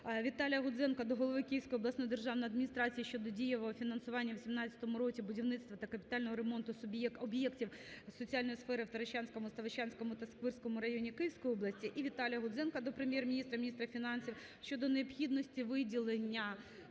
Віталія Гудзенка до голови Київської обласної державної адміністрації щодо дієвого фінансування у 17-му році будівництва та капітального ремонту об'єктів соціальної сфери у Таращанському, Ставищенському та Сквирському районах Київської області. Віталія Гудзенка до Прем'єр-міністра, міністра фінансів щодо необхідності виділення